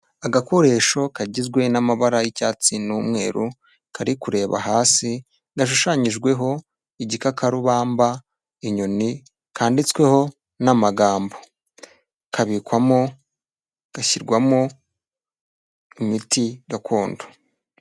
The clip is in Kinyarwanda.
Agakoresho kagizwe n'amabara y'icyatsi n'umweru kari kureba hasi, gashushanyijweho igikakarubamba, inyoni, kanditsweho n'amagambo. Kabikwamo, gashyirwamo, imiti gakondo.